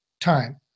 time